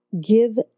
give